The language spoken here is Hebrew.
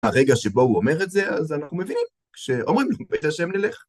הרגע שבו הוא אומר את זה, אז אנחנו מבינים, כשאומרים "בית השם נלך".